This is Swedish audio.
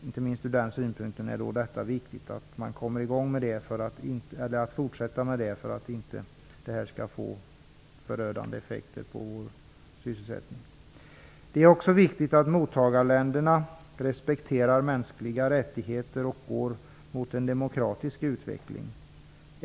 Ett sådant utvecklingsarbete är viktigt att fortsätta med, inte minst med tanke på att det inte skall få förödande effekter för Det är viktigt att mottagarländerna respekterar mänskliga rättigheter och går mot en demokratisk utveckling.